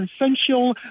essential